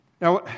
Now